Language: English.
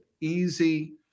easy